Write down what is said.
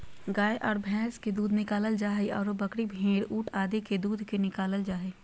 गाय आर भैंस के दूध निकालल जा हई, आरो बकरी, भेड़, ऊंट आदि के भी दूध निकालल जा हई